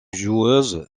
joueuse